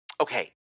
Okay